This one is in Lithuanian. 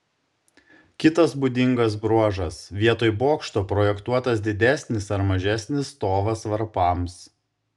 kitas būdingas bruožas vietoj bokšto projektuotas didesnis ar mažesnis stovas varpams